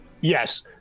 Yes